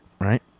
right